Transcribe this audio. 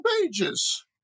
pages